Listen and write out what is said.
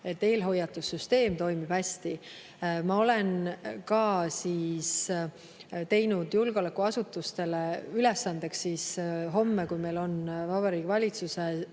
eelhoiatussüsteem toimib hästi. Ma olen teinud julgeolekuasutustele ülesandeks, homme, kui meil on Vabariigi Valitsuse